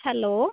hello